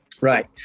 Right